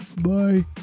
Bye